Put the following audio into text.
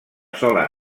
sola